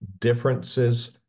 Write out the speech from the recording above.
differences